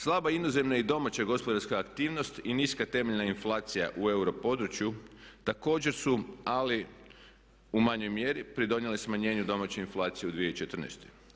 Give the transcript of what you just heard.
Slaba inozemna i domaća gospodarska aktivnost i niska temeljna inflacija u euro području također su ali u manjoj mjeri pridonijele smanjenju domaće inflacije u 2014.